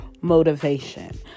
motivation